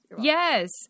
Yes